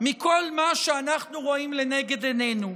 מכל מה שאנחנו רואים לנגד עינינו.